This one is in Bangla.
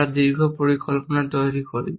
আমরা দীর্ঘ পরিকল্পনা তৈরি করি